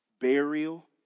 burial